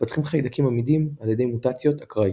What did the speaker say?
מתפתחים חיידקים עמידים על ידי מוטציות אקראיות.